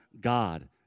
God